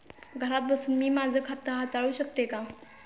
घरात बसून मी माझे खाते हाताळू शकते का?